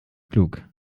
klug